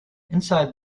inside